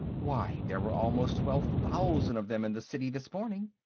why, there were almost twelve thousand of them in the city this morning.